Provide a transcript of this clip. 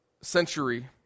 century